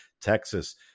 Texas